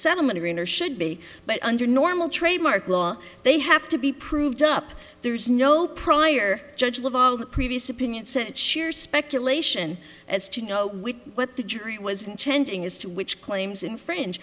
settlement are in or should be but under normal trademark law they have to be proved up there's no prior judge leval the previous opinion said sheer speculation as to know what the jury was intending as to which claims infringe